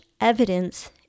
evidence